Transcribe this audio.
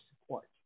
support